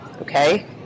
okay